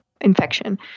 infection